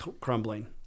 crumbling